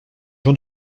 gens